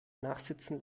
nachsitzen